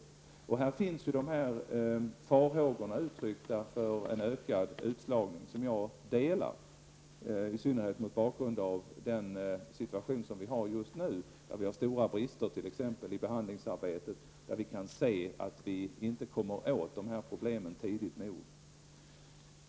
Det uttrycks här farhågor för en ökad utslagning, något som jag delar, i synnerhet mot bakgrund av den situation som just nu råder. Det finns t.ex. stora brister i behandlingsarbetet där vi kan se att vi inte kommer åt dessa problem tidigt nog.